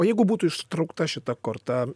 o jeigu būtų ištraukta šita korta